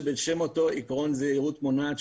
שבשם אותו עיקרון זהירות מונעת,